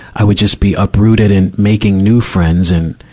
i would just be uprooted and making new friends. and,